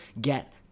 get